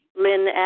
Lynn